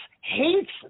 hates